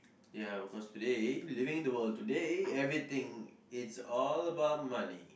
ya cause today living the world today everything it's all about money